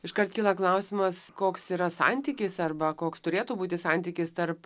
iškart kyla klausimas koks yra santykis arba koks turėtų būti santykis tarp